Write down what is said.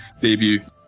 debut